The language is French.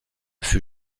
fut